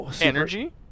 Energy